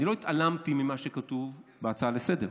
אני לא התעלמתי ממה שכתוב בהצעה לסדר-היום.